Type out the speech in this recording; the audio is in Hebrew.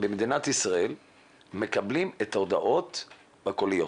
במדינת ישראל מקבלים את ההודעות הקוליות.